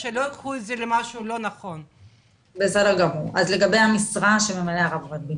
בסדר גמור, לגבי המשרה שממלא הרב רבינוביץ,